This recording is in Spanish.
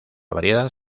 variedad